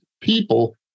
people